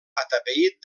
atapeït